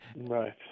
right